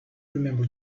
remember